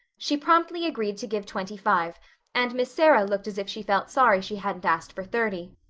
she promptly agreed to give twenty-five and miss sarah looked as if she felt sorry she hadn't asked for thirty.